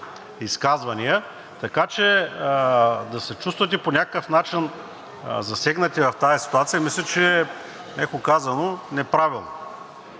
изказвания, така че да се чувствате по някакъв начин засегнати в тази ситуация, мисля, че е, меко казано, неправилно,